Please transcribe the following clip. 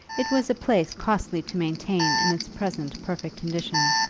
it was a place costly to maintain in its present perfect condition,